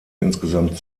insgesamt